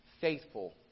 faithful